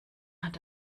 hat